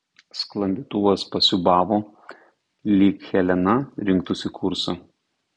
sklandytuvas pasiūbavo lyg helena rinktųsi kursą